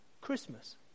Christmas